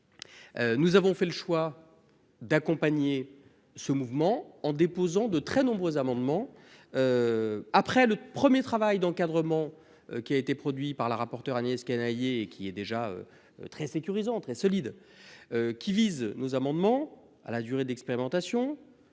nous avons fait le choix d'accompagner le mouvement en déposant de très nombreux amendements. Si le premier travail d'encadrement qui a été produit par la rapporteure Agnès Canayer est déjà très sécurisant et solide, nos amendements visent à le renforcer